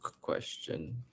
question